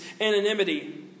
anonymity